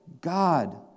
God